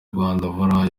rwandamura